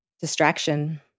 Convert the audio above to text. Distraction